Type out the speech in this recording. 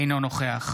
אינו נוכח